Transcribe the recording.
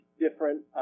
different